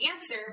answer